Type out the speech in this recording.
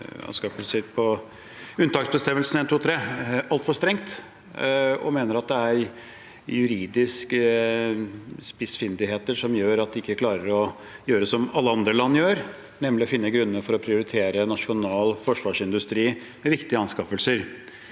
om anskaffelser, altså unntaksbestemmelsen i EØS-avtalens art. 123, altfor strengt. De mener at det er juridiske spissfindigheter som gjør at de ikke klarer å gjøre som alle andre land gjør, nemlig å finne grunner for å prioritere nasjonal forsvarsindustri ved viktige anskaffelser.